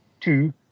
two